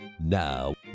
now